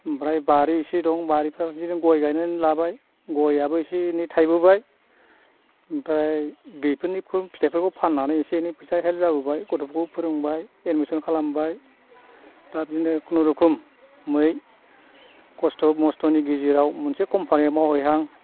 ओमफ्राय बारि एसे दं बारिफ्रावबो बिदिनो गय गायनानै लाबाय गयआबो एसे एनै थायबोबाय ओमफ्राय बेफोरनिखौ फिथाइफोरखौ फाननानै एसे एनै फैसा हेल्प जाबोबाय गथ'खौ फोरोंबाय एडमिसन खालामबाय दा बिदिनो खुनुरुखमै खस्थ' मस्थ'नि गेजेराव मोनसे कम्पानियाव मावबाय आं